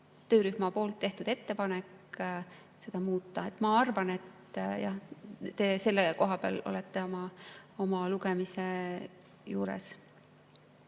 töörühmal tehtud ettepanek seda muuta. Ma arvan, et te selle koha peal olete oma lugemise juures.